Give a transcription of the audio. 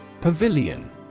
Pavilion